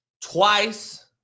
twice